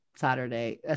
Saturday